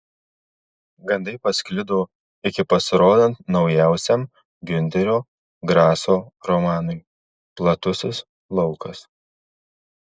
gandai pasklido iki pasirodant naujausiam giunterio graso romanui platusis laukas